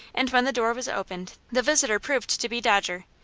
and when the door was opened the visitor proved to be dodger.